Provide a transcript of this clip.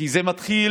כי זה מתחיל